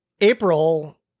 april